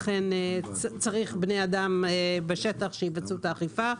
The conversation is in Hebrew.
לכן צריך בני אדם בשטח שיבצעו את האכיפה.